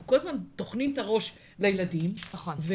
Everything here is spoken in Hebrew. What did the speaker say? אנחנו כל הזמן טוחנים את הראש לילדים והמבוגרים